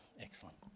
Excellent